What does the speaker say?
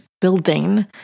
building